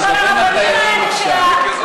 אנחנו מדברים על דיינים עכשיו.